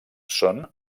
són